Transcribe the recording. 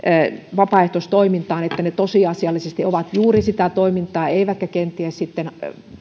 vapaaehtoistoimintaan tehdään tosiasiallisesti koskevat juuri sitä toimintaa eivätkä kenties sitten